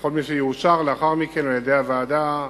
וכל מי שיאושר לאחר מכן על-ידי הוועדה